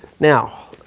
now,